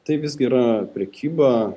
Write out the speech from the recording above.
tai visgi yra prekyba